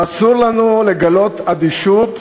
אסור לנו לגלות אדישות,